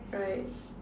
right